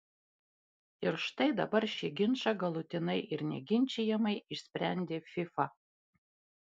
ir štai dabar šį ginčą galutinai ir neginčijamai išsprendė fifa